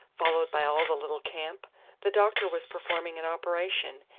followed by all the little camp the doctor was performing an operation,